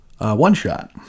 one-shot